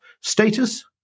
status